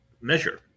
measure